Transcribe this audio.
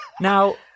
Now